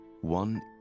One